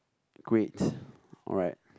great alright